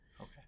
Okay